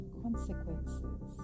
consequences